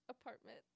apartment